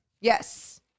Yes